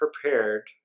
prepared